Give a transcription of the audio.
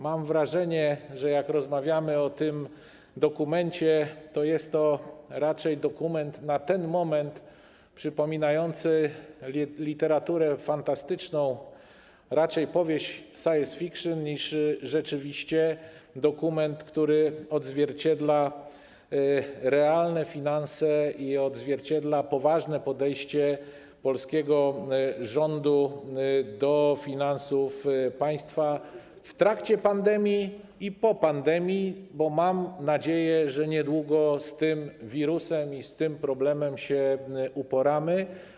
Mam wrażenie, jak rozmawiamy o tym dokumencie, że to jest raczej dokument na ten moment przypominający literaturę fantastyczną, raczej powieść science fiction niż rzeczywiście dokument, który odzwierciedla realne finanse i poważne podejście polskiego rządu do finansów państwa w trakcie pandemii i po pandemii, bo mam nadzieję, że niedługo z tym wirusem, z tym problemem się uporamy.